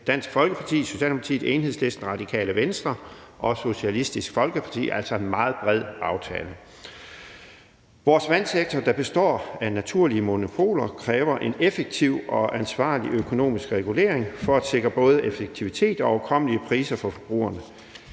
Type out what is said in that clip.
Dansk Folkeparti, Socialdemokratiet, Enhedslisten, Radikale Venstre og Socialistisk Folkeparti, altså en meget bred aftale. Vores vandsektor, der består af naturlige monopoler, kræver en effektiv og ansvarlig økonomisk regulering for at sikre både effektivitet og overkommelige priser for forbrugerne.